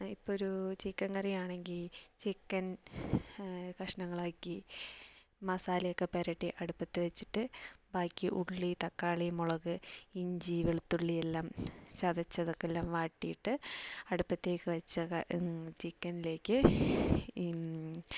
ഇപ്പോൾ ഒരു ചിക്കൻ കറിയാണെങ്കിൽ ചിക്കൻ കഷണങ്ങളാക്കി മസാലയൊക്കെ പുരട്ടി അടുപ്പത്ത് വച്ചിട്ട് ബാക്കി ഉള്ളി തക്കാളി മുളക് ഇഞ്ചി വെളുത്തുള്ളി എല്ലാം ചതച്ചതൊക്കെ എല്ലാം വാട്ടിയിട്ട് അടുപ്പത്തേക്ക് വച്ച ചിക്കനിലേക്ക്